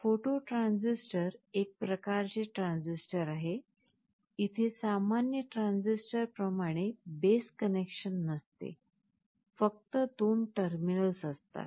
photo transistor एक प्रकारचे transistor आहे इथे सामान्य ट्रान्झिस्टर प्रमाणे बेस कनेक्शन नसते फक्त दोन टर्मिनल्स असतात